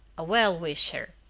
a well-wisher.